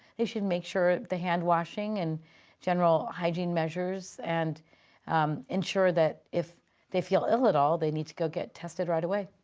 they should make sure the hand washing and general hygiene measures and ensure that if they feel ill at all, they need to go get tested right away.